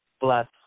bless